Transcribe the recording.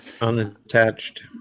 unattached